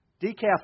Decaf